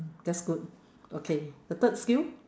that's good okay the third skill